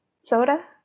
Soda